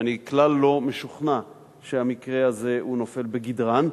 שאני כלל לא משוכנע שהמקרה הזה נופל בגדרן,